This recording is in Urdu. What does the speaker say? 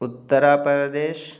اتّر پردیش